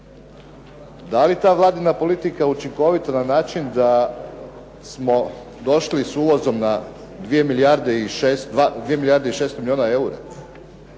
Da li je ta Vladina politika učinkovita na način da smo došli sa uvozom na dvije milijarde i 600 milijuna eura,